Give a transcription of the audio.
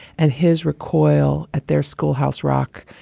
and his recoil at their schoolhouse rock